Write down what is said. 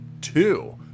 two